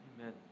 Amen